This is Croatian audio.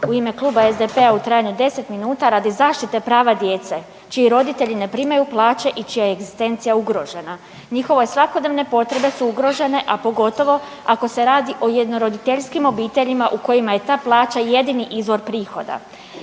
u ime Kluba SDP-a u trajanju od 10 minuta radi zaštite prava djece čiji roditelji ne primaju plaće i čija je egzistencija ugrožena. Njihove svakodnevne potrebe su ugrožene, a pogotovo ako se radi o jednoroditeljskim obiteljima u kojima je ta plaća jedini izvor prihoda.